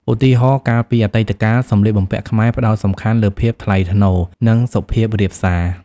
ឧទាហរណ៍ កាលពីអតីតកាល សម្លៀកបំពាក់ខ្មែរផ្តោតសំខាន់លើភាពថ្លៃថ្នូរ និងសុភាពរាបសារ។